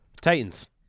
Titans